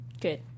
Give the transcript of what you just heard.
Good